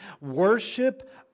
Worship